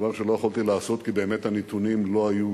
דבר שלא יכולתי לעשות כי באמת הנתונים לא היו